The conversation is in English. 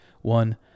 One